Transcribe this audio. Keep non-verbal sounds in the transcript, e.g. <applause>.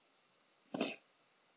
<breath>